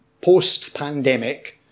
post-pandemic